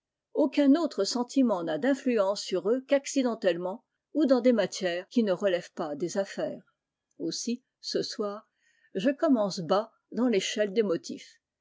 aucun autre sentiment n'a d'influence sur eux qu'accidentellement ou dans des matières qui ne relèvent pas des affaires aussi ce soir je commence bas dans l'échelle des motifs